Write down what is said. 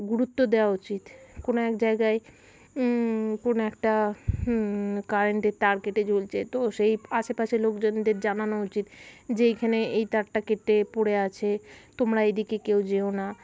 গুরুত্ব দেওয়া উচিত কোনো এক জায়গায় কোনো একটা কারেন্টের তার কেটে ঝুলছে তো সেই আশেপাশে লোকজনদের জানানো উচিত যে এইখানে এই তারটা কেটে পড়ে আছে তোমরা এইদিকে কেউ যেও না